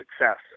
success